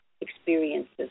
experiences